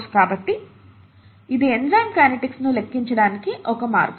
కాబట్టి ఇది enzyme kinetics ను లెక్కించడానికి ఇది ఒక మార్గం